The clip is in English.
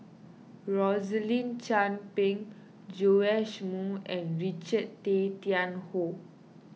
Rosaline Chan Pang Joash Moo and Richard Tay Tian Hoe